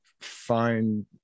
find